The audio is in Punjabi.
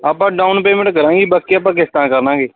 ਆਪਾਂ ਡਾਊਨ ਪੇਮੈਂਟ ਕਰਾਂਗੇ ਜੀ ਬਾਕੀ ਆਪਾਂ ਕਿਸ਼ਤਾਂ ਕਰ ਲਵਾਂਗੇ